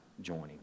joining